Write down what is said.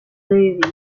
movies